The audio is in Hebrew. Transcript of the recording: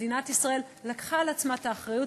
מדינת ישראל לקחה על עצמה את האחריות